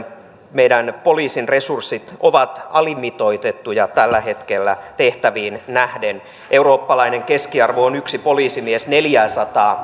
meidän poliisin resurssit ovat alimitoitettuja tällä hetkellä tehtäviin nähden eurooppalainen keskiarvo on yksi poliisimies neljääsataa